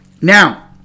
Now